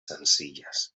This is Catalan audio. senzilles